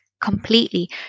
completely